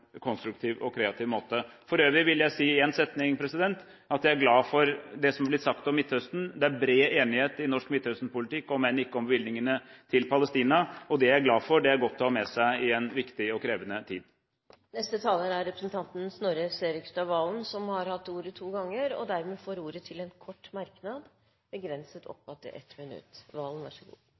konstruktiv og kreativ måte. For øvrig vil jeg si en setning om at jeg er glad for det som er blitt sagt om Midtøsten. Det er bred enighet i norsk Midtøsten-politikk – om enn ikke om bevilgningene til Palestina – og det er jeg glad for. Det er godt å ha med seg i en viktig og krevende tid. Snorre Serigstad Valen har hatt ordet to ganger, og får dermed ordet til en kort merknad, begrenset til inntil 1 minutt.